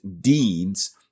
deeds